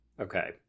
Okay